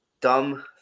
dumb